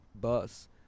bus